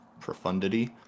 profundity